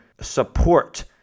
support